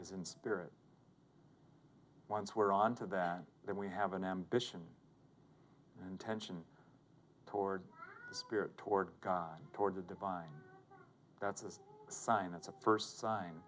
is in spirit once we're on to that then we have an ambition and tension toward spirit toward god toward the divine that's a sign it's a first sign